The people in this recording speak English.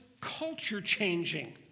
culture-changing